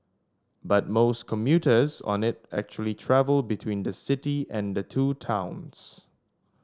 but most commuters on it actually travel between the city and the two towns